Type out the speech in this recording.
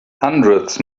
hundreds